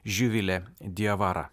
živilė diavara